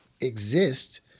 exist